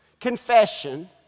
confession